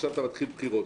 עכשיו אתה מתחיל בחירות,